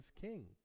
king